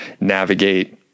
navigate